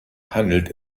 handelt